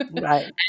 Right